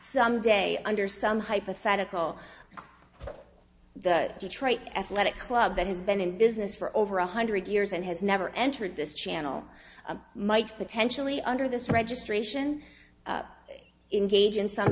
someday under some hypothetical the detroit athletic club that has been in business for over one hundred years and has never entered this channel might potentially under this registration in gaijin some